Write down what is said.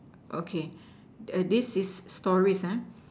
okay this is stories